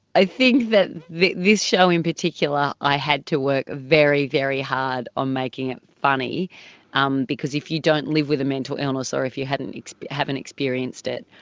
i think that this show in particular i had to work very, very hard on making it funny um because if you don't live with a mental illness or if you haven't haven't experienced it,